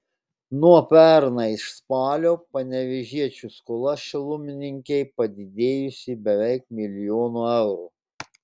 nuo pernai spalio panevėžiečių skola šilumininkei padidėjusi beveik milijonu eurų